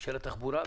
של התחבורה.